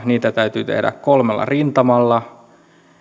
niitä täytyy tehdä kolmella rintamalla